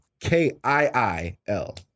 K-I-I-L